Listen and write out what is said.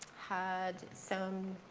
had some